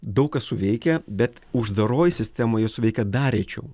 daug kas suveikia bet uždaroj sistemoj jos suveikia dar rečiau